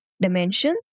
dimension